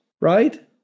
right